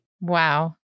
Wow